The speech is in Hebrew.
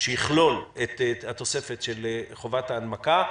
שיכלול את התוספת של חובת ההנמקה,